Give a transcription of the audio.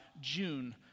June